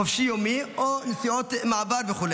חופשי-יומי או נסיעות מעבר וכו'